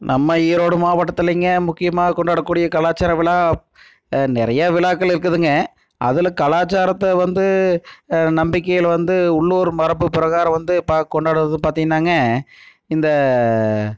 நம்ம ஈரோடு மாவட்டத்திலிங்க முக்கியமா கொண்டாடக்கூடிய கலாச்சாரம் விழா நிறையா விழாக்கள் இருக்குதுங்க அதில் கலாசாரத்தை வந்து நம்பிக்கையில் வந்து உள்ளூர் மரபு பிரகாரம் வந்து இப்போ கொண்டாடுகிறது பார்த்திங்கன்னாங்க இந்த